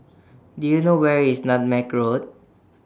Do YOU know Where IS Nutmeg Road